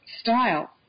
style